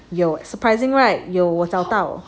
有 surprising right 有我找到